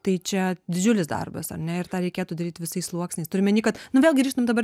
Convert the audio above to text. tai čia didžiulis darbas ar ne ir tą reikėtų daryt visais sluoksniais turiu omeny kad nu vėl grįžtam dabar